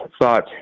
thought